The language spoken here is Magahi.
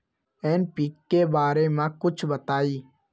एन.पी.के बारे म कुछ बताई?